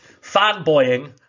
fanboying